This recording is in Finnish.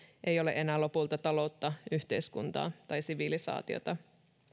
ei ole enää lopulta taloutta yhteiskuntaa tai sivilisaatiota